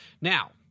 Now